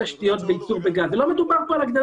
רלוונטיות שירדו מפחם או יורדות מהפחם בקצב כפי שתיארת.